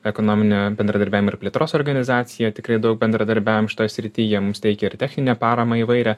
ekonominio bendradarbiavimo ir plėtros organizacija tikrai daug bendradarbiavom šitoj srity jie mums teikia ir techninę paramą įvairią